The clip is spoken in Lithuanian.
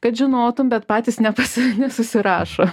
kad žinotum bet patys nepa nesusirašo